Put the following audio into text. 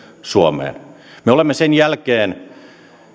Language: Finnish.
suomeen me olemme sen jälkeen